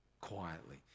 quietly